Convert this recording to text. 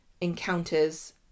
encounters